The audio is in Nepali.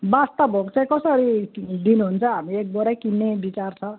बादसाह भोग चाहिँ कसरी दिनुहुन्छ हामी एक बोरै किन्ने विचार छ